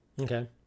Okay